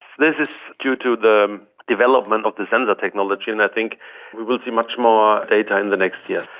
this is due to the development of the sensor technology, and i think we will see much more data in the next year.